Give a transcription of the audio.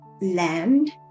land